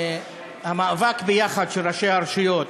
המאבק של ראשי הרשויות